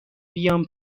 بیام